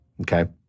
Okay